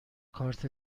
کارت